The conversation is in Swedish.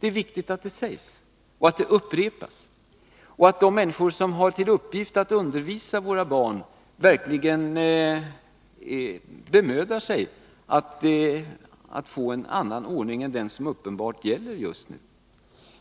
Det är viktigt att detta sägs, att det upprepas och att de människor som har till uppgift att undervisa våra barn verkligen bemödar sig om att få en annan ordning än den som uppenbarligen gäller just nu.